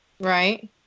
Right